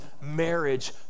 marriage